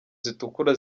zitukura